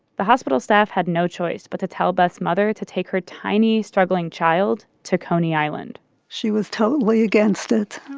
the hospital staff had no choice, but to tell beth's mother to take her tiny struggling child to coney island she was totally against it.